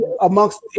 amongst